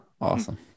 awesome